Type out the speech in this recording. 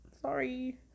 sorry